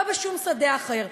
לא בשום שדה אחר.